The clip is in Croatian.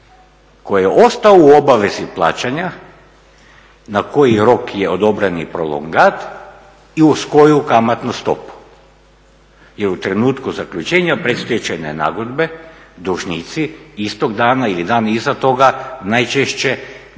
koji je ostao u obavezi plaćanja na koji rok je odobreni prolongat i uz koju kamatnu stopu jer u trenutku zaključenja predstečajne nagodbe dužnici istog dana ili dan iza toga najčešće ne